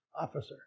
officer